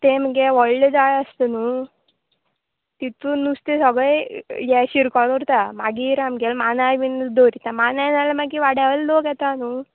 तें मगे व्हडलें जाळ आसता न्हू तितून नुस्तें सगळें हें शिरकोन उरता मागीर आमगेलें मानाय बीन दवरिता मानाय नाल्या मागीर वाड्या वयले लोक येता न्हू